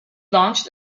launched